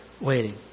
waiting